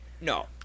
No